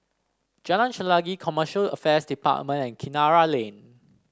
Jalan Chelagi Commercial Affairs Department and Kinara Lane